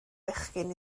bechgyn